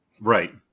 right